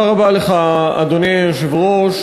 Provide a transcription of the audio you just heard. אדוני היושב-ראש,